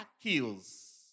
kills